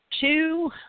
two